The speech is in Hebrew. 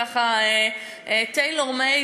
היא ככה tailor made